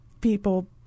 people